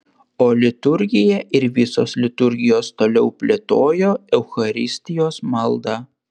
o liturgija ir visos liturgijos toliau plėtojo eucharistijos maldą